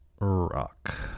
rock